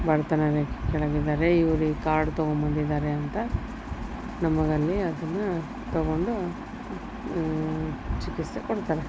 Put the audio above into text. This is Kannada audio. ಬಡತನ ರೇಖೆ ಕೆಳಗಿದ್ದಾರೆ ಇವ್ರು ಈ ಕಾರ್ಡು ತೊಗೊಂಬಂದಿದ್ದಾರೆ ಅಂತ ನಮಗೆ ಅಲ್ಲಿ ಅದನ್ನು ತೊಗೊಂಡು ಚಿಕಿತ್ಸೆ ಕೊಡ್ತಾರೆ